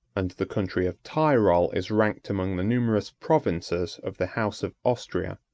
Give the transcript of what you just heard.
and the country of tirol is ranked among the numerous provinces of the house of austria.